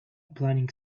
planning